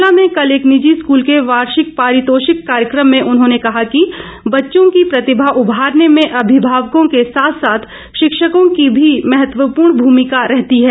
शिमला में कल एक निजी स्कल के वार्षिक पारितोषिक कॉर्यक्रम में उन्होंने कहा कि बच्चों की प्रतिभा उभारने में अभिभावकों के साथ साथ शिक्षकों की भी महत्वपूर्ण भूमिका रहती है